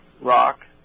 rock